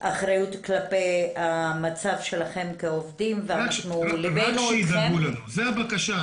אחריות כלפי המצב שלכם כעובדים וליבנו איתכם.